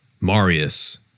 Marius